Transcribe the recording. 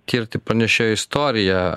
tirti pranešėjo istoriją